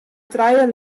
trije